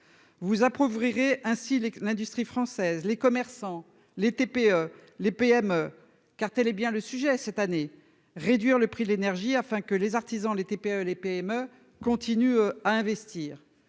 Vous approuve ouvrirez ainsi les l'industrie française. Les commerçants, les TPE, les PME. Car telle est bien le sujet. Cette année, réduire le prix de l'énergie afin que les artisans, les TPE, les PME continuent à investir